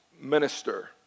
minister